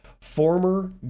Former